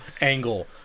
Angle